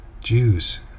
Jews